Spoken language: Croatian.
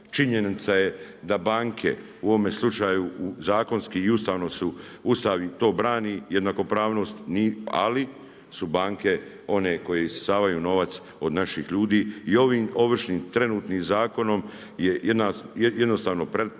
Činjenica je da banke u ovome slučaju zakonski i ustavno su Ustav i to brani jednakopravnost, ali su banke one koje isisavaju novac od naših ljudi. I ovim ovršnim trenutnim zakonom je jednostavno …/Govornik